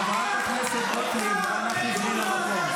חברת הכנסת גוטליב, אנא חזרי למקום.